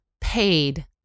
paid